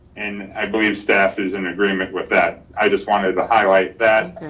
and i believe staff is in agreement with that. i just wanted to highlight that